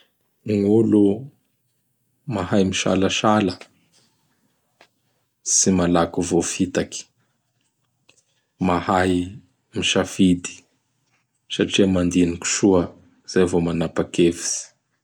Gny olo mahay misalasala tsy malaky voafitaky. Mahay misafidy satria mandiniky soa izay vao manapa-kevitsy.